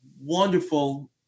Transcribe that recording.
wonderful